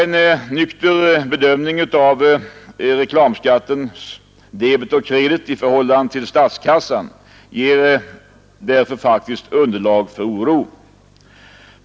En nykter bedömning av reklamskattens debet och kredit i förhållande till statskassan ger därför faktiskt underlag för oro.